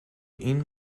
این